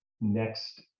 next